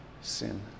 sin